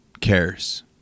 cares